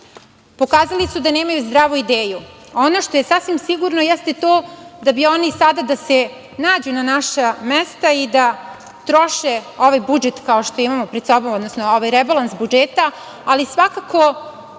Pokazali su da nemaju zdravu ideju. Ono što je sasvim sigurno jeste to da bi oni sada da se nađu na našem mestu i da troše ovaj budžet, odnosno ovaj rebalans budžeta, ali svakako